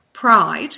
pride